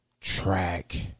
track